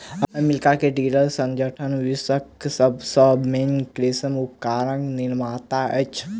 America के Deere संगठन विश्वक सभ सॅ पैघ कृषि उपकरण निर्माता अछि